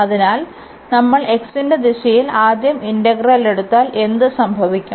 അതിനാൽ നമ്മൾ x ന്റെ ദിശയിൽ ആദ്യം ഇന്റഗ്രൽ എടുത്താൽ എന്ത് സംഭവിക്കും